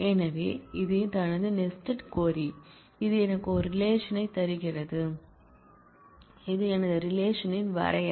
எனவே இது எனது நெஸ்டட் க்வரி இது எனக்கு ஒரு ரிலேஷன் தருகிறது இது எனது ரிலேஷன் ன் வரையறை